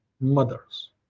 mothers